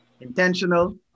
intentional